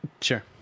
Sure